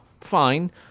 fine